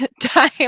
time